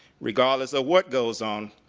regardless of what goes on,